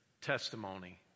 testimony